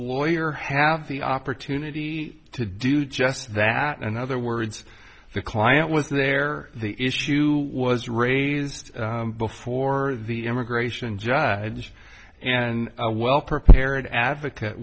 lawyer have the opportunity to do just that in another words the client was there the issue was raised before the immigration judge and a well prepared advocate